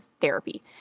therapy